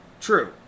True